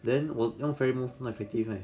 then 我用 fair move not effective right